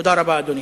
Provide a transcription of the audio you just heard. תודה רבה, אדוני.